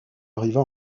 arriva